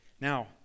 Now